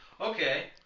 Okay